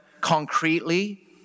concretely